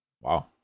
Wow